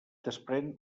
desprèn